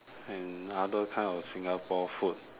and other kind of Singapore food